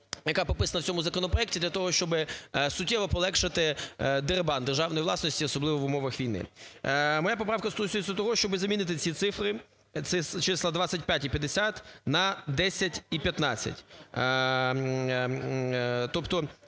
яка прописана у цьому законопроекті, щоб суттєво полегшити дерибан державної власності, особливо в умовах війни. Моя поправка стосується того, щоб замінити ці цифри - це числа 25 і 50 - на 10 і 15.